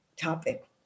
topic